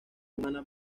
humana